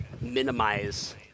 minimize